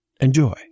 Enjoy